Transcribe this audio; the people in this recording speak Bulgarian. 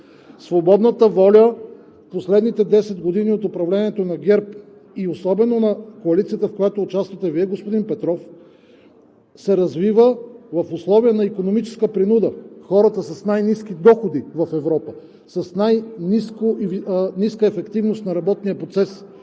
Свободната воля в последните 10 години от управлението на ГЕРБ, и особено на коалицията, в която участвате Вие, господин Петров, се развива в условия на икономическа принуда – хората с най-ниски доходи в Европа, с най-ниска ефективност на работния процес,